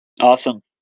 Awesome